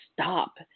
stop